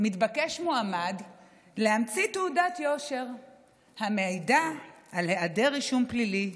מתבקש מועמד להמציא תעודת יושר המעידה על היעדר רישום פלילי,